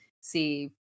see